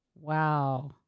wow